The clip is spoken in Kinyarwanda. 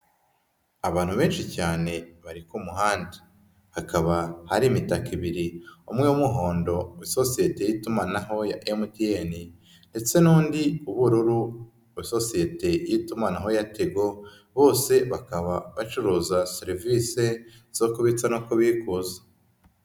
Abantu benshi cyane bari ku muhanda. Hakaba hari imitaka ibiri ,umwe w'umuhondo w'isosiyete y'itumanaho ya MTN.Ndetse n'undi w'ubururu wa sosiyete y'itumanaho ya Tigo. Bose bakaba bacuruza serivisi zo kubitsa no kubikuza.